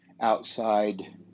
outside